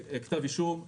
כתב אישום,